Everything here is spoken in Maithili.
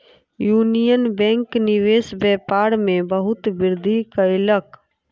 यूनियन बैंक निवेश व्यापार में बहुत वृद्धि कयलक